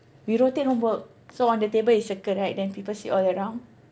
we rotate homework so on the table is circle right then people sit all around